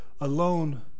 alone